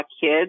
kids